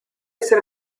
ser